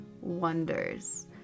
wonders